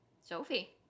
Sophie